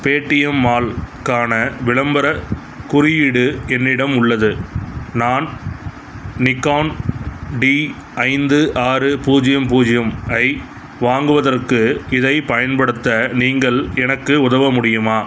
Paytm mall க்கான விளம்பரக் குறியீடு என்னிடம் உள்ளது நான் நிக்கான் டி ஐந்து ஆறு பூஜ்ஜியம் பூஜ்ஜியம் ஐ வாங்குவதற்கு இதைப் பயன்படுத்த நீங்கள் எனக்கு உதவ முடியுமா